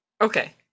okay